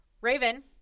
Raven